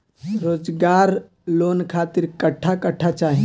रोजगार लोन खातिर कट्ठा कट्ठा चाहीं?